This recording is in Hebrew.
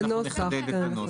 אנחנו נחדד את הנוסח.